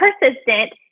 persistent